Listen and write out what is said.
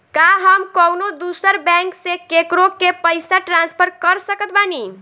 का हम कउनों दूसर बैंक से केकरों के पइसा ट्रांसफर कर सकत बानी?